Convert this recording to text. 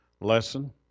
lesson